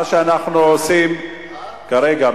מה שאנחנו עושים כרגע,